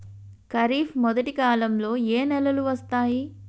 ఖరీఫ్ మొదటి కాలంలో ఏ నెలలు వస్తాయి?